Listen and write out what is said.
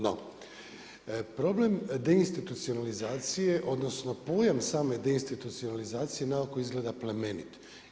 No, problem deinstitucionalizacije, odnosno, pojam same deinstitucionalizacije na oko izgleda plemenit.